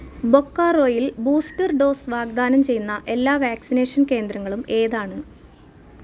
ബൊക്കാറോയിൽ booster dose വാഗ്ദാനം ചെയ്യുന്ന എല്ലാ വാക്സിനേഷൻ കേന്ദ്രങ്ങളും ഏതാണ്